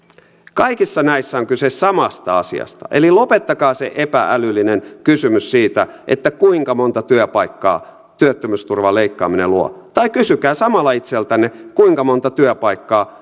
kaikissa näissä on kyse samasta asiasta eli lopettakaa se epä älyllinen kysymys siitä kuinka monta työpaikkaa työttömyysturvan leikkaaminen luo tai kysykää samalla itseltänne kuinka monta työpaikkaa